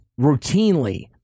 routinely